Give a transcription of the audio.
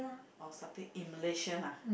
oh satay in Malaysia lah